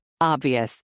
Obvious